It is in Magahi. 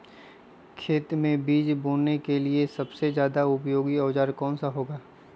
खेत मै बीज बोने के लिए सबसे ज्यादा उपयोगी औजार कौन सा होगा?